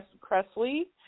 Cressley